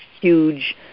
huge